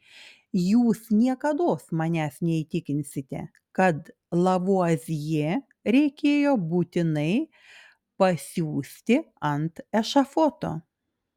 jūs niekados manęs neįtikinsite kad lavuazjė reikėjo būtinai pa siųsti ant ešafoto